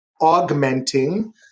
augmenting